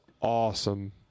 awesome